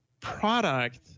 product